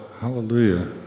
hallelujah